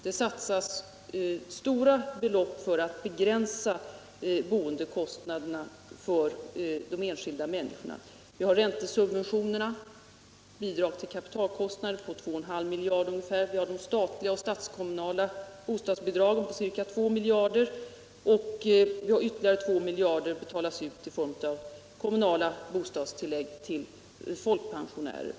Det satsas stora belopp på att begränsa boendekostnaderna för de enskilda människorna. Vi har räntesubventionerna och bidrag till kapitalkostnader för ungefär 2,5 miljarder. Vi har de statliga och statskommunala bo-- stadsbidragen på ca 2 miljarder, och ytterligare 2 miljarder betalas ut i form av kommunala bostadstillägg till pensionärer.